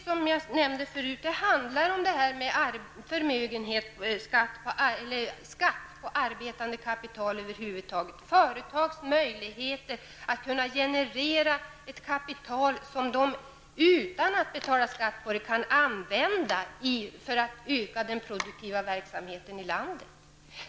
Som jag nämnde förut, handlar det om skatt på arbetande kapital över huvud taget, företagens möjligheter att generera ett kapital som de, utan att betala skatt på det, kan använda för att öka den produktiva verksamheten i landet.